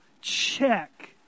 Check